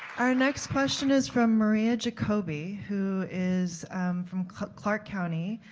our next question is from maria jacoby who is from clark county,